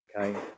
Okay